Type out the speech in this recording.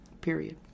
period